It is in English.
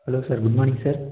hello sir good morning sir